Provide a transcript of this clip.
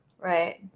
right